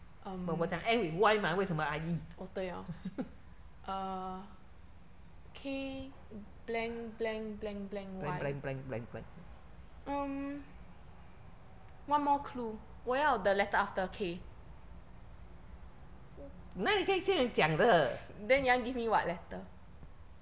but 我讲 end with y mah 为什么 I E blank blank blank blank blank blank 哪里可以这样讲的